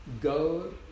Go